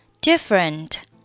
Different